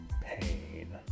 pain